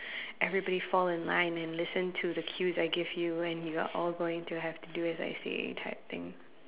everybody fall in line and listen to the cues I give you and you are all going to have to do as I say type thing